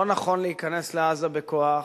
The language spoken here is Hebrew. לא נכון להיכנס לעזה בכוח,